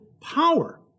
power